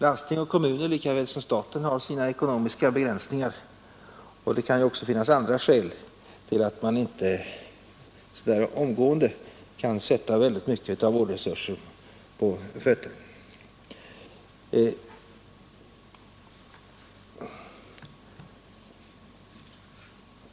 Landsting och kommuner har lika väl som staten sina ekonomiska begränsningar, och det kan också finnas andra skäl till att man inte omgående kan sätta in några större vårdresurser.